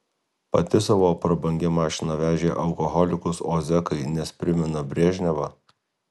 pati savo prabangia mašina vežė alkoholikus o zekai nes primena brežnevą